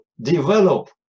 develop